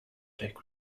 take